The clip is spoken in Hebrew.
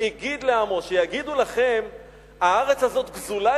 הגיד לעמו"; יגידו לכם "הארץ הזאת גזולה